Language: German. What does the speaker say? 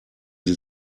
sie